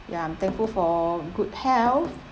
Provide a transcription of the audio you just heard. ya I'm thankful for good health